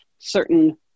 certain